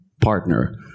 partner